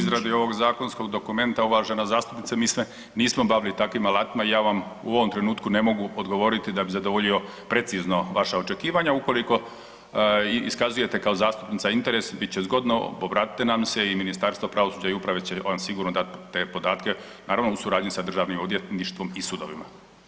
U izradi ovog zakonskog dokumenta, uvažena zastupnice, mi se nismo bavili takvim alatima i ja vam u ovom trenutku ne mogu odgovoriti da bi zadovoljio precizno vaša očekivanja, ukoliko iskazujete kao zastupnica interes, bit će zgodno, obratite nam se i Ministarstvo pravosuđa i uprave će vam sigurno dati te podatke, naravno, u suradnji sa DORH-om i sudovima.